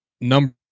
number